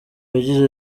yagize